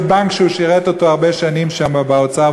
בנק שהוא שירת אותו הרבה שנים שם באוצר,